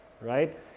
Right